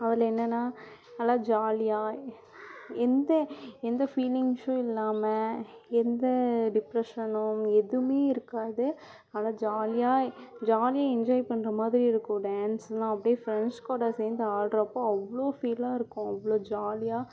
அதில் என்னனா நல்ல ஜாலியாக எந்த எந்த ஃபீலிங்ஸும் இல்லாமல் எந்த டிப்ரஷனும் எதுவுமே இருக்காது நல்ல ஜாலியாக ஜாலியாக என்ஜாய் பண்ணுற மாதிரி இருக்கும் டான்ஸுனா அப்படியே ஃப்ரெண்ட்ஸ் கூட சேர்ந்து ஆடுறப்போ அவ்வளோ ஃபீலாக இருக்கும் அவ்வளோ ஜாலியாக